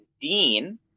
Dean